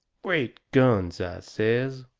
great guns! i says.